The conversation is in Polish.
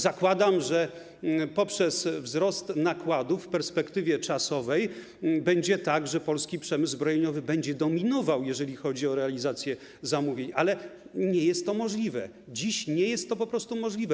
Zakładam, że poprzez wzrost nakładów w perspektywie czasowej będzie tak, że polski przemysł zbrojeniowy będzie dominował, jeżeli chodzi o realizację zamówień, ale dziś nie jest to możliwe, nie jest to po prostu możliwe.